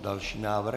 Další návrh.